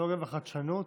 הטכנולוגיה והחדשנות